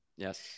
Yes